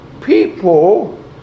people